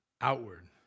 Outward